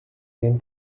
been